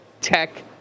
tech